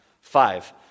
Five